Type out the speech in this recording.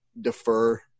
defer